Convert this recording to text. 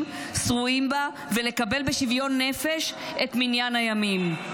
שרויים בה ולקבל בשוויון נפש את מניין הימים,